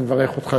אני מברך אותך,